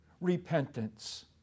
repentance